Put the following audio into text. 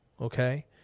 okay